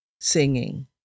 singing